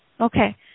okay